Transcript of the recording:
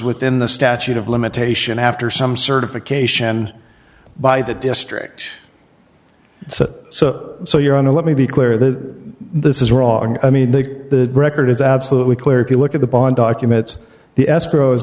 within the statute of limitation after some certification by the district so so so you're on to let me be clear that this is wrong i mean they the record is absolutely clear if you look at the bond documents the escro